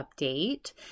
update